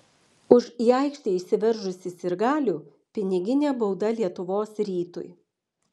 už į aikštę įsiveržusį sirgalių piniginė bauda lietuvos rytui